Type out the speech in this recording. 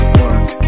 work